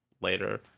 later